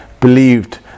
believed